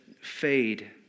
fade